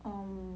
um